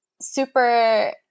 super